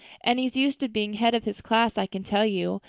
and he's used to being head of his class, i can tell you.